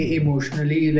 emotionally